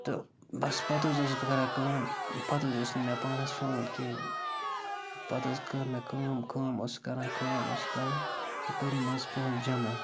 تہٕ بَس پَتہٕ حظ اوسُس بہٕ کَران کٲم پَتہٕ حظ اوس نہٕ مےٚ پانَس فون کِہیٖنۍ پَتہٕ حظ کٔر مےٚ کٲم کٲم اوسُس کَران کٲم اوسُس کَران تہٕ کٔرِم حظ پونٛسہٕ جمع